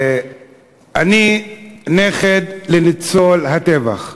אני נכד לניצול הטבח.